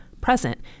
present